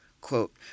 quote